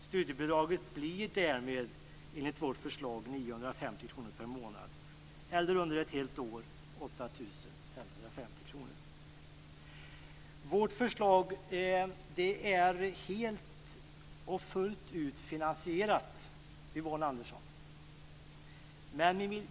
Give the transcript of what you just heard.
Studiebidraget blir därmed enligt vårt förslag 950 kr per månad eller under ett helt år 8 550 kr. Vårt förslag är helt och fullt finansierat, Yvonne Andersson.